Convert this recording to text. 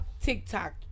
TikTok